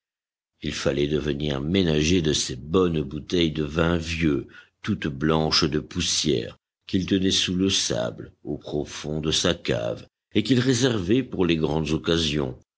il fallait devenir ménager de ces bonnes bouteilles de vin vieux toutes blanches de poussière qu'il tenait sous le sable au profond de sa cave et qu'il réservait pour les grandes occasions